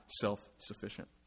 self-sufficient